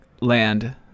land